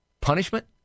punishment